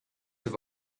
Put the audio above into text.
have